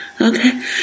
Okay